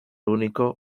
único